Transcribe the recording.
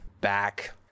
back